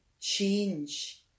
change